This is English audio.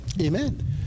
Amen